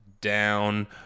down